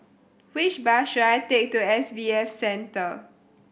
which bus should I take to S B F Center